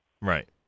Right